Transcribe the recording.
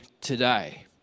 today